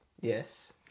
Yes